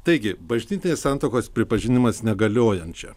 taigi bažnytinės santuokos pripažinimas negaliojančia